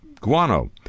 guano